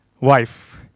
wife